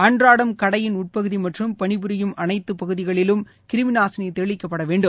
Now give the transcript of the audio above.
அன்றாடம் கடையின் உட்பகுதி மற்றும் பணிபுரியும் அனைத்து பகுதிகளிலும் கிருமி நாசினி தெளிக்கப்பட வேண்டும்